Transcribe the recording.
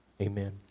Amen